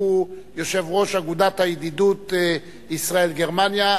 שהוא יושב-ראש אגודת הידידות ישראל גרמניה.